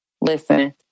Listen